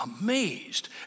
amazed